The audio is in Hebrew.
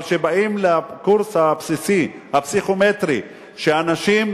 אבל כשבאים לקורס הפסיכומטרי הבסיסי, אנשים